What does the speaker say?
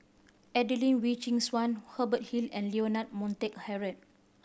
Adelene Wee Chin Suan Hubert Hill and Leonard Montague Harrod